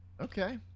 Okay